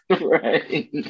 right